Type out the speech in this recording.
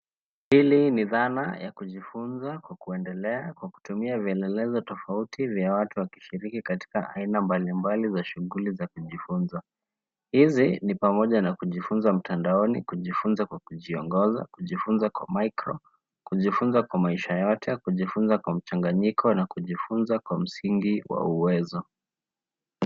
Hili ni dhana ya kujifunza kwa kuendelea kwa kutumia vielelezo tofauti vya watu wakishiriki katika aina mbalimbali za shughuli za kujifunza. Hizi ni pamoja na kujifunza mtandaoni, kujifunza kwa kujiongoza, kujifunza kwa micro , kujifunza kwa maisha yote, kujifunza kwa mchanganyiko na kujifunza kwa msingi wa uwezo.